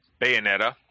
Bayonetta